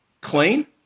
clean